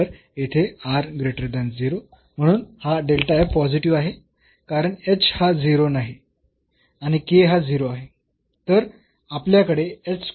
तर येथे म्हणून हा पॉझिटिव्ह आहे कारण h हा 0 नाही आणि k हा 0 आहे